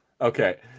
Okay